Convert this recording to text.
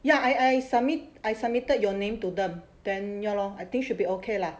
ya I I submit I submitted your name to the then ya lor I think should be okay lah